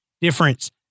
difference